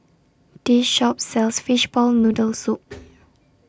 This Shop sells Fishball Noodle Soup